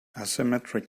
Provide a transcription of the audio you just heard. asymmetric